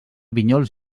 vinyols